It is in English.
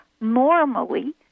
normally